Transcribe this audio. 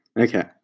Okay